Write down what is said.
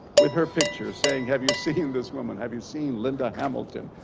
with her picture saying have you seen this woman, have you seen linda hamilton.